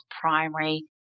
primary